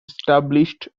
established